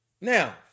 Now